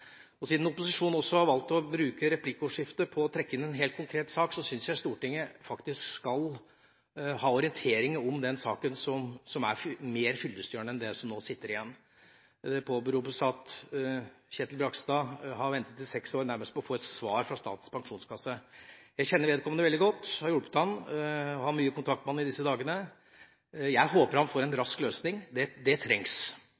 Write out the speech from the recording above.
framtida. Siden opposisjonen valgte å bruke replikkordskiftet til å trekke inn en helt konkret sak, syns jeg faktisk Stortinget skal ha en orientering om denne saken som er mer fyllestgjørende enn det man nå sitter igjen med. Det påberopes at Kjetil Bragstad har ventet i seks år på å få et svar fra Statens pensjonskasse. Jeg kjenner vedkommende veldig godt, jeg har hjulpet ham og har mye kontakt med ham i disse dager. Jeg håper han får en rask løsning – det trengs.